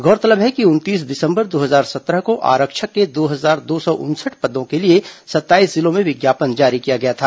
गौरतलब है कि उनतीस दिसंबर दो हजार सत्रह को आरक्षक के दो हजार दो सौ उनसठ पदों के लिए सत्ताईस जिलों में विज्ञापन जारी किया गया था